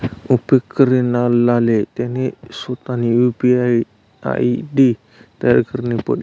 उपेग करणाराले त्यानी सोतानी यु.पी.आय आय.डी तयार करणी पडी